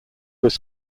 was